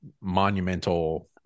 monumental